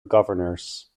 governors